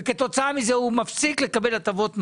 וכתוצאה מזה הוא מפסיק לקבל הטבות מס,